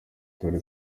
dore